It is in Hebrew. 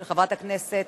של חברת הכנסת